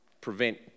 prevent